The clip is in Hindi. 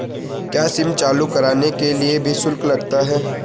क्या सिम चालू कराने के लिए भी शुल्क लगता है?